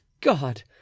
God